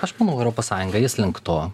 aš manau europos sąjunga eis link to